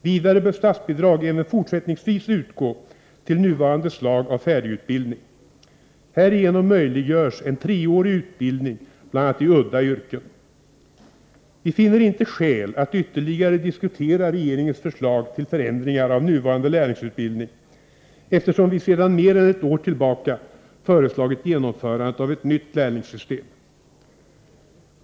Vidare bör statsbidrag även fortsättningsvis utgå till nuvarande slag av färdigutbildning. Härigenom möjliggörs en treårig utbildning bl.a. i udda yrken. Vi finner inte skäl att ytterligare diskutera regeringens förslag till förändringar av nuvarande lärlingsutbildning, eftersom vi sedan mer än ett år tillbaka föreslagit genomförandet av ett nytt lärlingssystem.